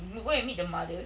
mm go and meet the mother